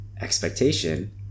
expectation